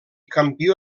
campió